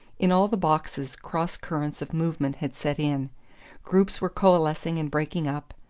in all the boxes cross-currents of movement had set in groups were coalescing and breaking up,